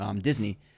Disney